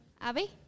abby